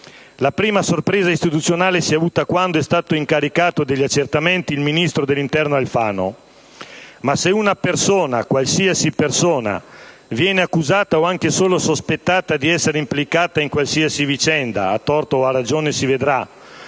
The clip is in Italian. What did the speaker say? La prima sorpresa istituzionale si è avuta quando è stato incaricato degli accertamenti il ministro dell'interno Alfano: ma se una persona, qualsiasi persona, viene accusata o anche solo sospettata di essere implicata in una qualsiasi vicenda a torto o a ragione si vedrà),